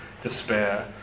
despair